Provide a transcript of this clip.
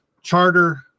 charter